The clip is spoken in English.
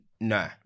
Nah